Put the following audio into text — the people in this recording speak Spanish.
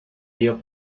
dio